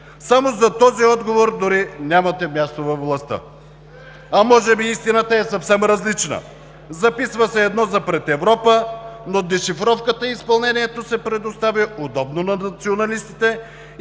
Само за този отговор дори нямате място във властта! А може би истината е съвсем различна – записва се едно за пред Европа, но дешифровката и изпълнението се предоставя удобно на националистите